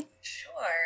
Sure